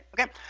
okay